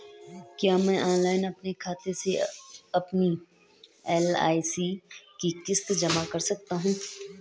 क्या मैं ऑनलाइन अपने खाते से अपनी एल.आई.सी की किश्त जमा कर सकती हूँ?